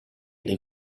del